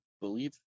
believe